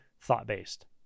thought-based